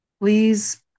Please